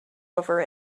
over